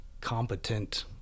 competent